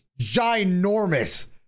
ginormous